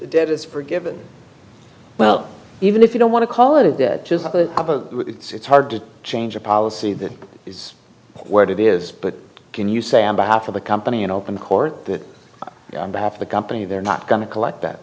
davis forgiven well even if you don't want to call it that it's hard to change a policy that is what it is but can you say on behalf of a company in open court that half the company they're not going to collect that